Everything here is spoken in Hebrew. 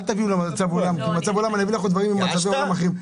אל תביאו לנו מצב עולם כי אביא לך דברים ממצבי עולם אחרים.